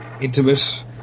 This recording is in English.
intimate